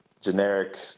generic